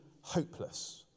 hopeless